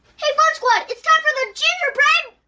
hey fun squad! it's time for the gingerbread